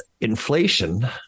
inflation